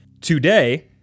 Today